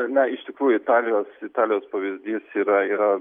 na ištikrųjų italijos italijos pavyzdys yra yra